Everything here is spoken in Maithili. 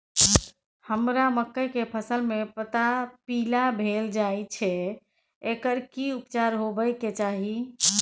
हमरा मकई के फसल में पता पीला भेल जाय छै एकर की उपचार होबय के चाही?